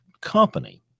company